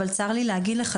אבל צר לי להגיד לך,